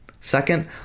Second